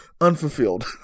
unfulfilled